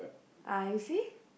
ah you see